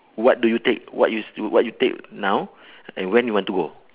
what do you take what you s~ you what you take now and when you want to go